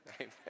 Amen